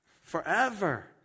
forever